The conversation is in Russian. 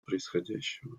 происходящего